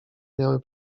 miały